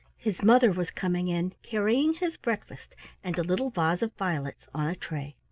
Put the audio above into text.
his mother was coming in carrying his breakfast and a little vase of violets on a tray.